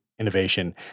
innovation